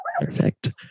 Perfect